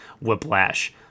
Whiplash